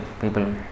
people